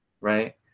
Right